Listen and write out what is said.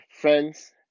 friends